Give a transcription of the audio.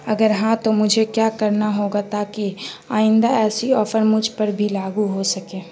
اگر ہاں تو مجھے کیا کرنا ہوگا تاکہ آئندہ ایسی آفر مجھ پر بھی لاگو ہو سکے